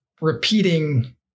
repeating